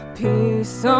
peace